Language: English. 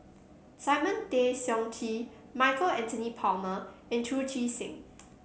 Simon Tay Seong Chee Michael Anthony Palmer and Chu Chee Seng